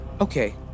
okay